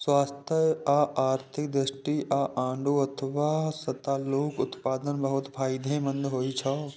स्वास्थ्य आ आर्थिक दृष्टि सं आड़ू अथवा सतालूक उत्पादन बहुत फायदेमंद होइ छै